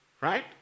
Right